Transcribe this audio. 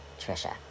Trisha